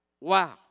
Wow